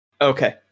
okay